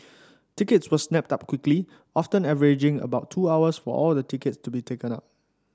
tickets were snapped up quickly often averaging about two hours for all the tickets to be taken up